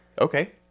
Okay